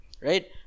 right